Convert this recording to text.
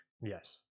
Yes